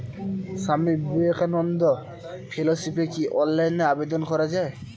স্বামী বিবেকানন্দ ফেলোশিপে কি অনলাইনে আবেদন করা য়ায়?